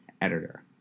editor